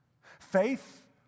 Faith